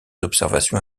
observations